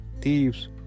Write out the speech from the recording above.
thieves